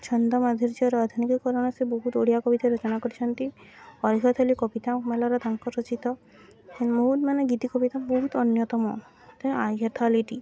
ଛନ୍ଦ ମାଧୁରର୍ଯ୍ୟର ଆଧୁନିକୀକରଣ ସେ ବହୁତ ଓଡ଼ିଆ କବିତା ରଚନା କରିଛନ୍ତି ଅର୍ଘ୍ୟଥାଳୀ କବିତା ମଲ୍ଲହାର୍ ତାଙ୍କ ରଚିତ ବହୁତ ମାନେ ଗୀତି କବିତା ବହୁତ ଅନ୍ୟତମ ଅର୍ଘ୍ୟଥାଳୀଟି